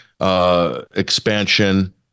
expansion